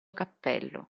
cappello